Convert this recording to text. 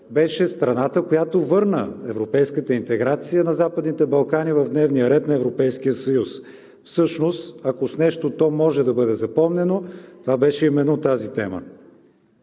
беше страната, която върна европейската интеграция на Западните Балкани в дневния ред на Европейския съюз. Всъщност, ако с нещо то може да бъде запомнено, това беше именно тази тема.